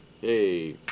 hey